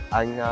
anh